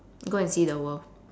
go and see the world